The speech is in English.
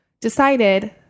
decided